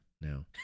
Now